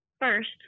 first